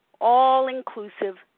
all-inclusive